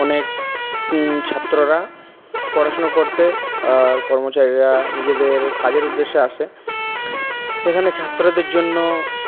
অনেক ছাত্ররা পড়াশুনা করতে আর কর্মচারীরা নিজেদের কাজের উদ্দেশ্যে আসে এখানে ছাত্রদের জন্য